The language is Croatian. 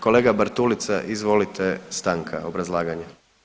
Kolega Bartulica, izvolite stanka obrazlaganje.